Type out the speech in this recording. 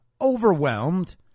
overwhelmed